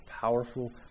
powerful